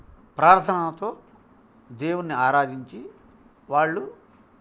ప్రార్థనలతో దేవున్నిఆరాధించి వాళ్ళు